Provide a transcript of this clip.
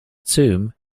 tomb